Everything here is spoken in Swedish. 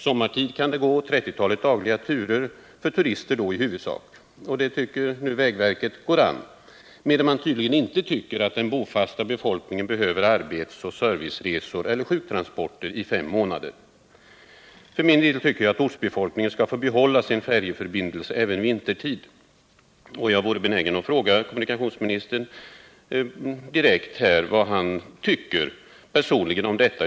Sommartid kan det gå 30-talet dagliga turer — för turister då i huvudsak. Det tycker vägverket går an, medan man tydligen inte tycker att den bofasta befolkningen behöver arbetsoch serviceresor eller sjuktransporter i fem månader. För min del tycker jag att ortsbefolkningen skall få behålla sin färjeförbindelse även vintertid. Jag är benägen att fråga kommunikationsministern direkt vad han personligen tycker om detta.